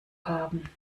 haben